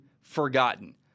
forgotten